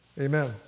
Amen